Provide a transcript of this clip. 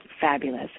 fabulous